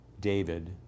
David